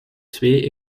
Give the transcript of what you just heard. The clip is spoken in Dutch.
twee